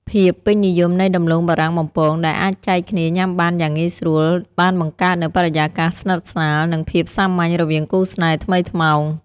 ភាពពេញនិយមនៃដំឡូងបារាំងបំពង ដែលអាចចែកគ្នាញ៉ាំបានយ៉ាងងាយស្រួល បានបង្កើតនូវបរិយាកាសស្និទ្ធស្នាល និងភាពសាមញ្ញរវាងគូស្នេហ៍ថ្មីថ្មោង។